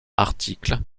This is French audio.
articles